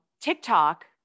TikTok